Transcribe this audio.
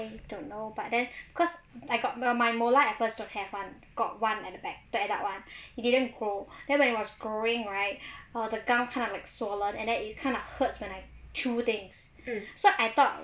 I don't know but then cause I got my my molar at first don't have [one] got one at the back that about one it didn't grow then when it was growing right orh the gum kind of like swollen and then it kind of hurts when I chew things so I thought